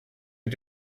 mit